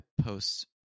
posts